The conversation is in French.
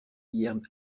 hier